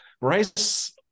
Rice